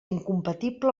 incompatible